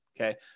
Okay